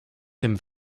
dem